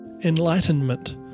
Enlightenment